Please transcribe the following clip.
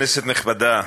כנסת נכבדה,